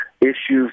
Issues